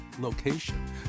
location